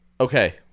Okay